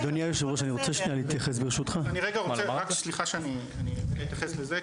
סליחה שאני אתייחס לזה,